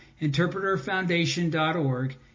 InterpreterFoundation.org